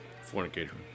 fornicator